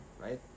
right